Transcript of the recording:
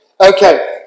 Okay